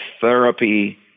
therapy